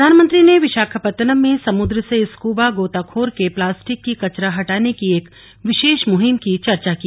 प्रधानमंत्री ने विशाखापत्तनम में समुद्र से स्कूबा गोताखोर के प्लास्टिक की कचरा हटाने की एक विशेष मुहिम की चर्चा की